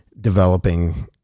developing